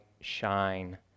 shine